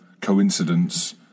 coincidence